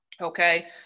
okay